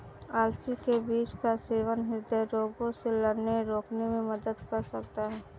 अलसी के बीज का सेवन हृदय रोगों से लड़ने रोकने में मदद कर सकता है